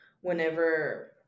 whenever